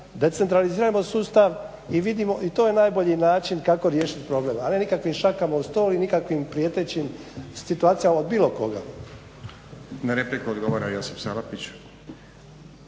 decentralizirajmo sustav i vidimo i to je najbolji način kako riješiti problem a ne nikakvim šakama o stol i nikakvim prijetećim situacijama bilo koga. **Stazić, Nenad (SDP)** Na repliku odgovara Josip Salapić.